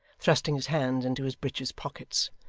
thrusting his hands into his breeches pockets.